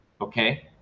Okay